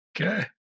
Okay